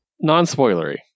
Non-spoilery